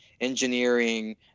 engineering